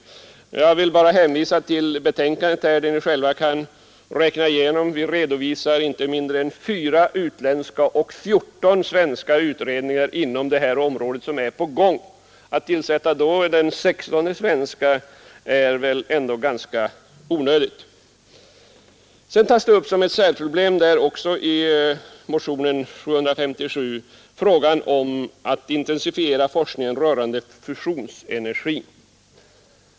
Jag vill hänvisa till betänkandet, där vi redovisar att för närvarande inte mindre 4 utländska och 14 svenska utredningar arbetar på detta område. Att då tillsätta ytterligare en svensk utredning är väl ändå ganska onödigt. Som ett särproblem tas i motionen 757 upp frågan om att intensifiera forskningen rörande fusionsenergi.